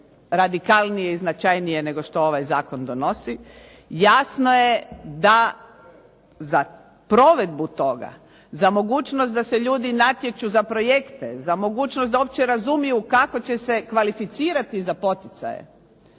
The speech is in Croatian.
radikalnije i značajnije nego što ovaj zakon donosi, jasno je da za provedbu toga, za mogućnost da se ljudi natječu za projekte, za mogućnost da uopće razumiju kako će se kvalificirati za poticaje